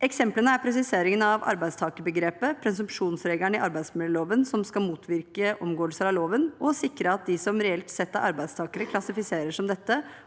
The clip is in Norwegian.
Eksempler er presiseringen av arbeidstakerbegrepet og presumsjonsregelen i arbeidsmiljøloven, som skal motvirke omgåelser av loven og sikre at de som reelt sett er arbeidstakere, klassifiseres som dette